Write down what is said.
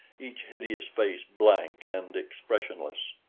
each hideous face blank and expressionless.